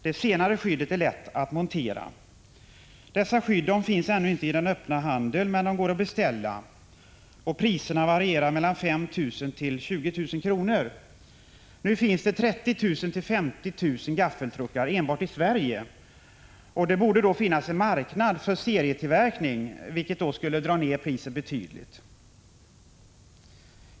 Det senare skyddet är lätt att montera. Dessa skydd finns ännu inte i den öppna handeln, men de går att beställa. Priserna varierar mellan 5 000 och 20 000 kr. Nu finns det 30 000-50 000 gaffeltruckar enbart i Sverige, och det borde finnas en marknad för serietillverkning, vilket skulle dra ned priset betydligt.